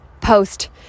post